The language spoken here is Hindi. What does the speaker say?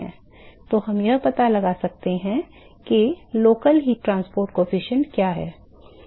तो हम यह पता लगा सकते हैं कि स्थानीय ताप परिवहन गुणांक क्या है